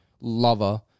lover